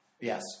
Yes